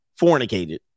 fornicated